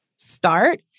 start